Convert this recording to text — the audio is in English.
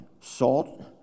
Salt